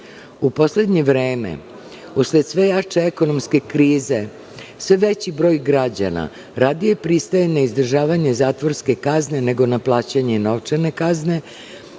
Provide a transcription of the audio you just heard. U poslednje vreme, usled sve jače ekonomske krize, sve veći broj građana radije pristaje na izdržavanje zatvorske kazne, nego na plaćanje novčane kazne,